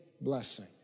blessing